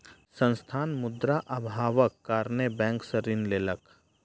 संस्थान, मुद्रा अभावक कारणेँ बैंक सॅ ऋण लेलकै